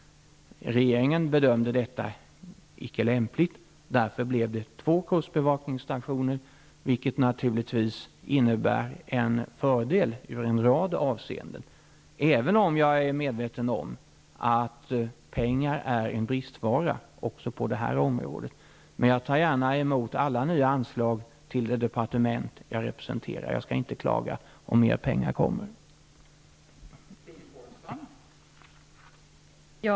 Regeringen bedömde det inte vara lämpligt. Därför blev det två kustbevakningsstationer, vilket naturligtvis innebär en fördel i en rad avseenden. Även jag är medveten om att pengar är en bristvara också på det här området. Men jag tar gärna emot alla anslag till det departement jag representerar. Jag skall inte klaga om det kommer mer pengar.